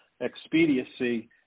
expediency